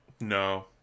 No